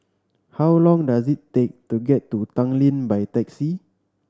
how long does it take to get to Tanglin by taxi